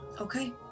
Okay